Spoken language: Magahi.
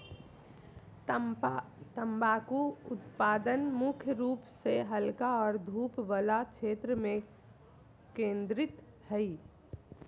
तम्बाकू उत्पादन मुख्य रूप से हल्का और धूप वला क्षेत्र में केंद्रित हइ